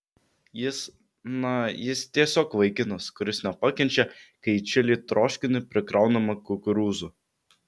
jis na jis tiesiog vaikinas kuris nepakenčia kai į čili troškinį prikraunama kukurūzų